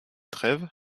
trêve